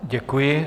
Děkuji.